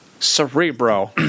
Cerebro